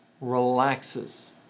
relaxes